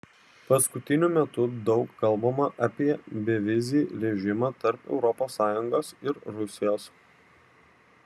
paskutiniu metu daug kalbama apie bevizį režimą tarp europos sąjungos ir rusijos